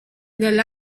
del